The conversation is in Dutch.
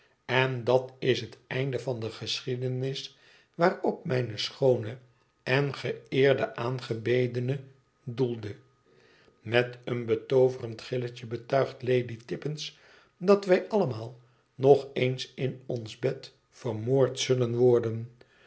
en dat is het einde van de geschiedenis waarop mijne schoone en geëerde aangebedene doelde met een betooverend gilletje betuigt lady tippens dat wij allemaal nog eens in ons bed vermoord zullen worden